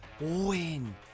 win